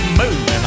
moving